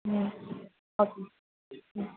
ம் ஓகே ம்